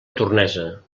tornesa